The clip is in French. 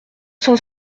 cent